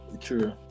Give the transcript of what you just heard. True